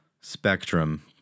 spectrum